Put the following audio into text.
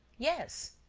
yes.